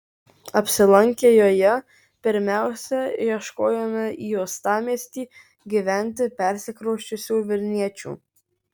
apsilankę joje pirmiausia ieškojome į uostamiestį gyventi persikrausčiusių vilniečių